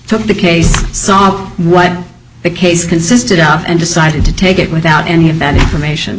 took the case saw what the case consisted out and decided to take it without any of that information